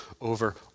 over